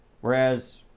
Whereas